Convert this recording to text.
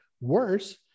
worse